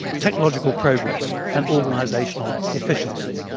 technological progress and organizational efficiency.